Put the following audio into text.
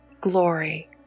Glory